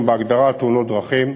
בהגדרה "תאונת דרכים"